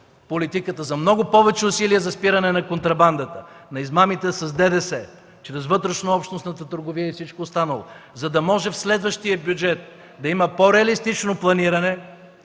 политиката, много повече усилия за спиране на контрабандата, на измамите с ДДС чрез вътрешнообщностната търговия и всичко останало, за да може в следващия бюджет да има по-реалистично планиране,